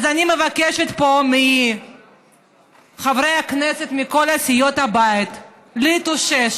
אז אני מבקשת פה מחברי הכנסת מכל סיעות הבית להתעשת,